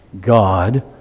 God